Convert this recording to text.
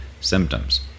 symptoms